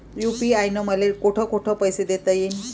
UPI न मले कोठ कोठ पैसे देता येईन?